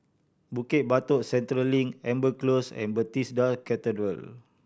Bukit Batok Central Link Amber Close and Bethesda Cathedral